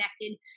connected